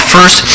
First